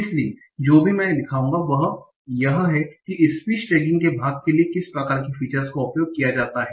इसलिए जो मैं दिखाऊंगा वह यह है कि स्पीच टैगिंग के भाग के लिए किस प्रकार की फीचर्स का उपयोग किया जाता है